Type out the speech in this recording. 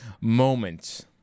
moment